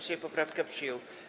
Sejm poprawkę przyjął.